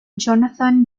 jonathan